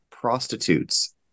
Prostitutes